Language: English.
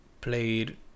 played